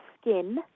skin